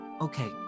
okay